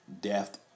death